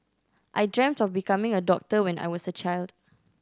I dreamt of becoming a doctor when I was a child